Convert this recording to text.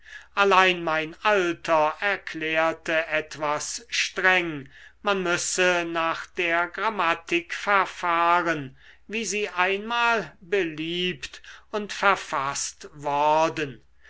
allein mein alter erklärte etwas streng man müsse nach der grammatik verfahren wie sie einmal beliebt und verfaßt worden